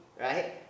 right